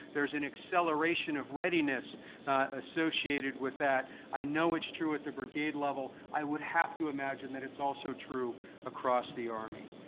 there's an acceleration of readiness associated with that. i know it's true at the brigade level, i would have to imagine that it's also true across the army.